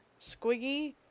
Squiggy